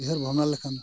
ᱩᱭᱦᱟᱹᱨ ᱵᱷᱟᱵᱽᱱᱟ ᱞᱮᱠᱷᱟᱱ